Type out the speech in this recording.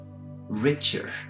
richer